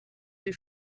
die